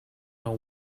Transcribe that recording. know